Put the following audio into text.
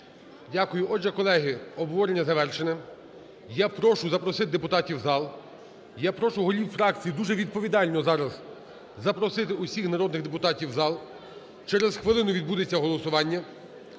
Дякую. Отже, колеги, обговорення завершене. Я прошу запросити депутатів в зал, я прошу голів фракцій дуже відповідально зараз запросити всіх народних депутатів в зал, через хвилину відбудеться голосування.